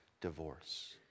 divorce